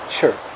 Sure